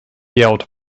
yelled